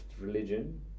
religion